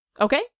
Okay